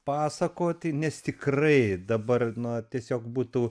pasakoti nes tikrai dabar na tiesiog būtų